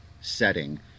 setting